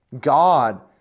God